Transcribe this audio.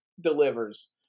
delivers